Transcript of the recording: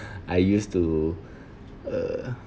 I used to uh